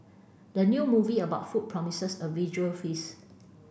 the new movie about food promises a visual feast